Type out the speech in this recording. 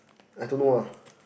I don't know ah